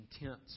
intense